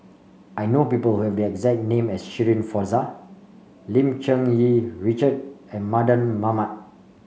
I know people who have the exact name as Shirin Fozdar Lim Cherng Yih Richard and Mardan Mamat